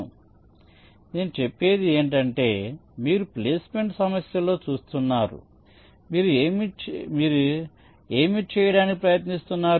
కాబట్టి నేను చెప్పేది ఏమిటంటే మీరు ప్లేస్మెంట్ సమస్యలో చూస్తున్నారు మీరు ఏమి చేయడానికి ప్రయత్నిస్తున్నారు